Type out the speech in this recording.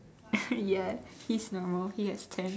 yes he's normal he has ten